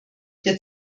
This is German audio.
der